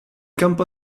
campo